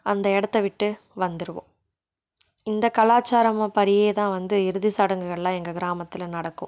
அந்த இடத்த விட்டு வந்துருவோம் இந்த கலாச்சாரமம் படியே தான் வந்து இறுதிச்சடங்குகளெலாம் எங்கள் கிராமத்தில் நடக்கும்